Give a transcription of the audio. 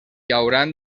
hauran